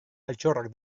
altxorrak